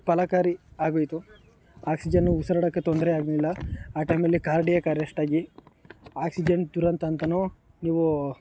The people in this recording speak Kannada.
ಫಲಕಾರಿ ಆಗೋಯಿತು ಆಕ್ಸಿಜನ್ನು ಉಸಿರಾಡೋಕ್ಕೆ ತೊಂದರೆ ಆಗಲಿಲ್ಲ ಆ ಟೈಮಲ್ಲಿ ಕಾರ್ಡಿಯಾಕ್ ಅರೆಸ್ಟಾಗಿ ಆಕ್ಸಿಜನ್ ದುರಂತ ಅಂತಲೋ ನೀವು